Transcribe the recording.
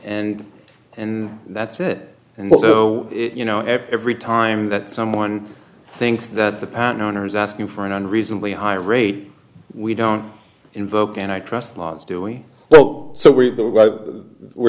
and and that's it and also you know every time that someone thinks that the patent owner is asking for an unreasonably high rate we don't invoke and i trust laws doing well so we were